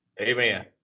Amen